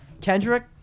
Kendrick